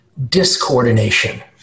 discoordination